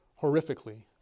horrifically